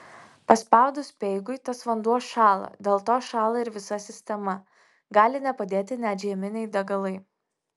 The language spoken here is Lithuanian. paspaudus speigui tas vanduo šąla dėl to šąla ir visa sistema gali nepadėti net žieminiai degalai